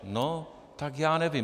No tak já nevím.